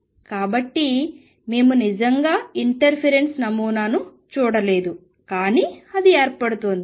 కాబట్టి మేము నిజంగా ఇంటర్ఫిరెన్స్ నమూనాను చూడలేము కానీ అది ఏర్పడుతోంది